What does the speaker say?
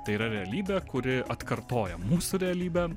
tai yra realybė kuri atkartoja mūsų realybę